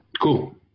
Cool